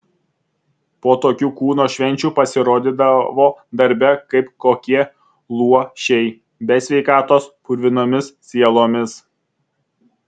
po tokių kūno švenčių pasirodydavo darbe kaip kokie luošiai be sveikatos purvinomis sielomis